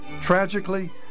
Tragically